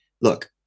look